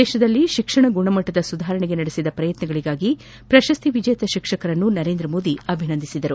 ದೇಶದಲ್ಲಿ ಶಿಕ್ಷಣ ಗುಣಮಟ್ಟದ ಸುಧಾರಣೆಗೆ ನಡೆಸಿದ ಪ್ರಯತ್ನಗಳಿಗಾಗಿ ಪ್ರಶಸ್ತಿ ವಿಜೇತ ಶಿಕ್ಷಕರನ್ನು ಮೋದಿ ಅಭಿನಂದಿಸಿದರು